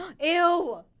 ew